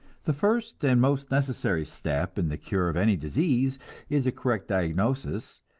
the first and most necessary step in the cure of any disease is a correct diagnosis,